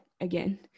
again